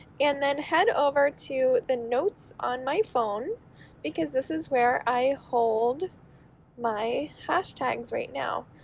and then head over to the notes on my phone because this is where i hold my hashtags right now.